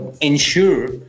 ensure